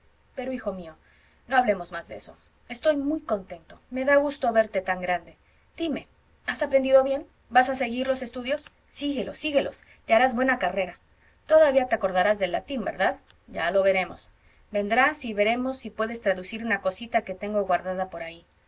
pero hijo mío no hablemos más de eso estoy muy contento me da gusto verte tan grande dime has aprendido bien vas a seguir los estudios síguelos síguelos que harás buena carrera todavía te acordarás del latín verdad ya lo veremos vendrás y veremos si puedes traducir una cosita que tengo guardada por ahí